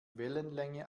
wellenlänge